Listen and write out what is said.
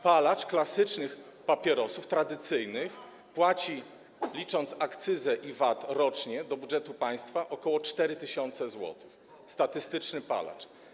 Palacz klasycznych papierosów, tradycyjnych, płaci, licząc akcyzę i VAT, rocznie do budżetu państwa ok. 4 tys. zł, statystyczny palacz.